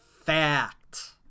fact